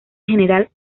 general